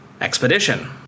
expedition